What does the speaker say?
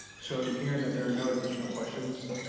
so hearing that there are no additional questions